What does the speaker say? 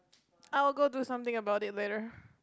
I will go to something about it whether